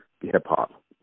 hip-hop